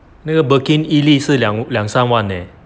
那个 birkin 一粒是两两三万 leh